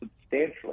substantially